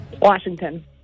Washington